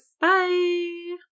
Bye